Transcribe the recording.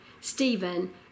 Stephen